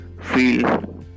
feel